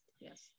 Yes